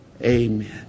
Amen